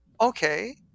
okay